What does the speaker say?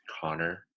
Connor